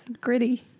gritty